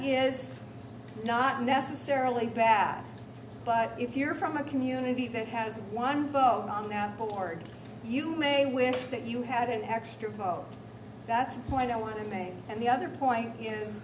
is not necessarily bad but if you're from a community that has one vote on that board you may wish that you had an extra vote that's a point i want to make and the other point is